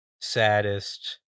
Saddest